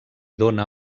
dóna